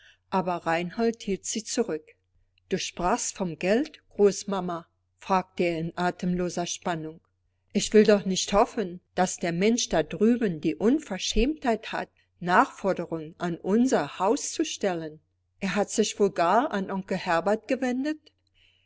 aber reinhold hielt sie zurück du sprachst von geld großmama fragte er in atemloser spannung ich will doch nicht hoffen daß der mensch da drüben die unverschämtheit hat nachforderungen an unser haus zu stellen er hat sich wohl gar an onkel herbert gewendet